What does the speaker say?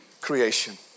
creation